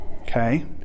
Okay